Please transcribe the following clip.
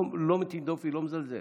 אני לא מטיל דופי, לא מזלזל,